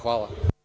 Hvala.